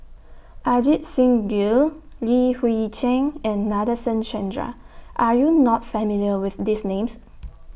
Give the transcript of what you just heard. Ajit Singh Gill Li Hui Cheng and Nadasen Chandra Are YOU not familiar with These Names